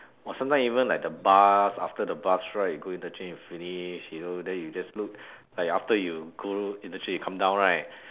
or sometime even like the bus after the bus ride you go interchange you finish you know then you just look like after you go interchange you come down right